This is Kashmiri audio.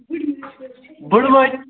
بُڈٕ بوے